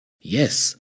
Yes